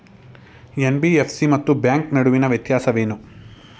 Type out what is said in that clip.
NBFC ಮತ್ತು bank ನಡುವಿನ ವ್ಯತ್ಯಾಸವೇನು?